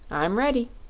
i'm ready.